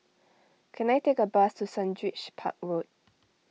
can I take a bus to Sundridge Park Road